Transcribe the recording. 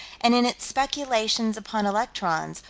and in its speculations upon electrons,